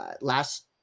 Last